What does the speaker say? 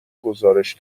گزارش